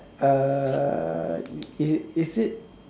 uh is is it